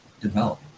develop